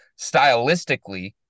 Stylistically